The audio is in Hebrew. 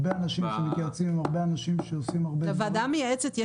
ועדה מייעצת.